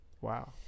wow